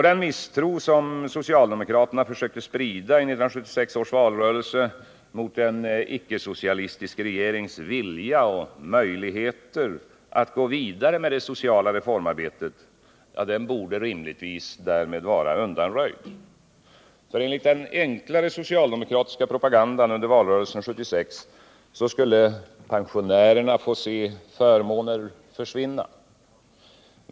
Den misstro som socialdemokraterna försökte sprida i 1976 års valrörelse mot en icke-socialistisk regerings vilja och möjligheter att gå vidare med det sociala reformarbetet borde därmed rimligtvis vara undanröjd. Enligt den enklare socialdemokratiska propagandan under valrörelsen 1976 skulle pensionärerna få se förmåner försvinna.